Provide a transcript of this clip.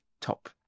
top